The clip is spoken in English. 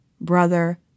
brother